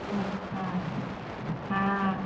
ہاں ہاں